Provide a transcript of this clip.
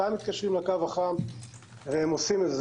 מתי מתקשרים לקו החם והם עושים את זה.